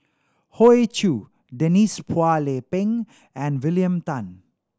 Hoey Choo Denise Phua Lay Peng and William Tan